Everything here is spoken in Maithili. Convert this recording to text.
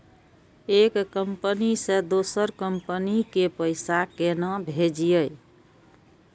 एक कंपनी से दोसर कंपनी के पैसा केना भेजये?